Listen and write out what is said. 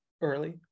early